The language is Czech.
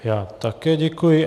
Já také děkuji.